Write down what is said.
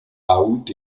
août